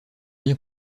bien